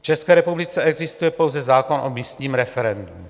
V České republice existuje pouze zákon o místním referendu.